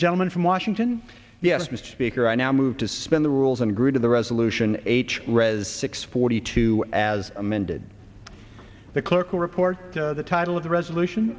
gentleman from washington yes mr speaker i now move to spend the rules and agree to the resolution h read as six forty two as amended the clerk will report the title of the resolution